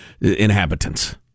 inhabitants